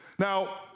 Now